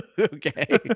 Okay